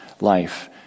life